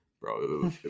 bro